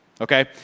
Okay